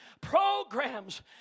programs